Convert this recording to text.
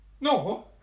No